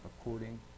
according